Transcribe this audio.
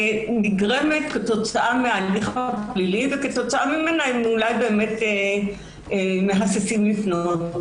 שנגרמת כתוצאה מן ההליך הפלילי וכתוצאה ממנה הם אולי מהססים לפנות.